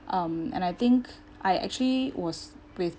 um and I think I actually was with